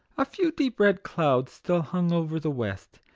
a few deep-red clouds still hung over the west,